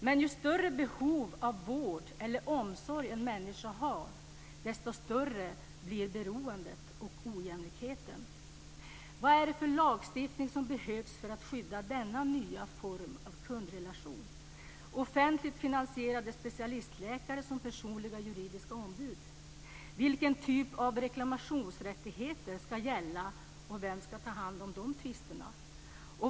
Men ju större behov av vård eller omsorg en människa har, desto större blir beroendet och ojämlikheten. Vad är det för lagstiftning som behövs för att skydda denna nya form av kundrelation? Är det offentligt finansierade specialistläkare som personliga juridiska ombud? Vilken typ av reklamationsrättigheter ska gälla, och vem ska ta hand om de tvisterna?